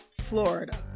Florida